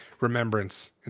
remembrance